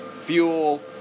fuel